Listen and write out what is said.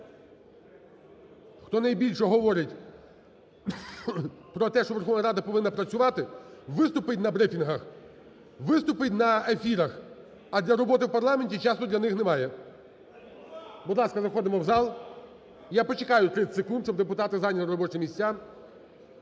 хто найбільше говорить про те, що Верховна Рада повинна працювати, виступить на брифінгах, виступить на ефірах, а для роботи в парламенті часу для них немає. Будь ласка, заходимо в зал, я почекаю 30 секунд, щоб депутати зайняли робочі місця,